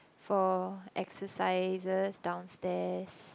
for exercises downstairs